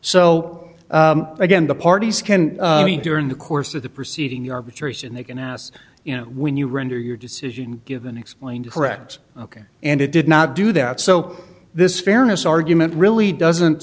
so again the parties can during the course of the proceeding arbitration they can as you know when you render your decision given explained correct ok and it did not do that so this fairness argument really doesn't